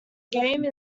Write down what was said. game